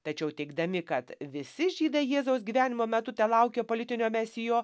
tačiau teigdami kad visi žydai jėzaus gyvenimo metu telaukia politinio mesijo